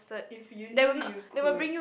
if you knew you could